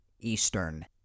Eastern